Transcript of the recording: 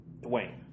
Dwayne